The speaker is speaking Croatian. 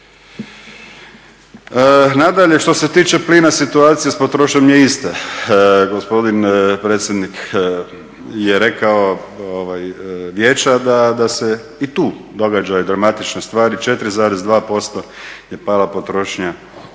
Nadalje, što se tiče plina situacija sa potrošnjom je ista. Gospodin predsjednik je rekao, Vijeća, da se i tu događaju dramatične stvari, 4,2% je pala potrošnja za